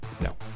No